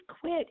quit